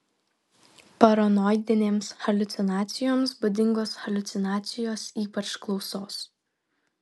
paranoidinėms haliucinacijoms būdingos haliucinacijos ypač klausos